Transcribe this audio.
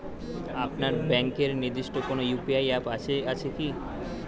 আপনার ব্যাংকের নির্দিষ্ট কোনো ইউ.পি.আই অ্যাপ আছে আছে কি?